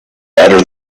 better